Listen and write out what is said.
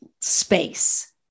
space